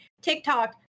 TikTok